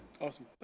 Awesome